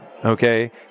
Okay